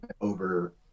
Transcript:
Over